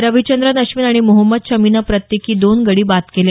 रविचंद्रन अश्विन आणि मोहम्मद शमीनं प्रत्येकी दोन गडी बाद केले